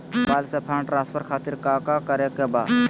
Mobile से fund transfer खातिर काका करे के बा?